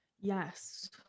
Yes